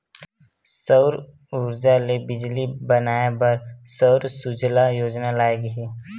सउर उरजा ले बिजली बनाए बर सउर सूजला योजना लाए गे हे